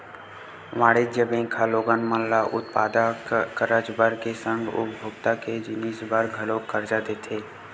वाणिज्य बेंक ह लोगन मन ल उत्पादक करज बर के संग उपभोक्ता के जिनिस बर घलोक करजा देथे